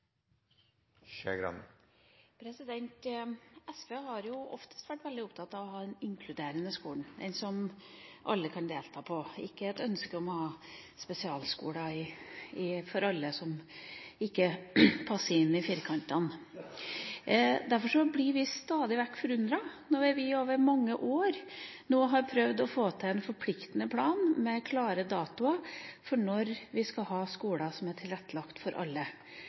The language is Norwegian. SV har oftest vært veldig opptatt av å ha en inkluderende skole, en skole hvor alle kan delta, og ikke ønsket å ha spesialskoler for alle som ikke passer inn i firkantene. Derfor blir vi stadig vekk forundret når vi over mange år nå har prøvd å få til en forpliktende plan med klare datoer for når vi skal ha skoler som er tilrettelagt for alle,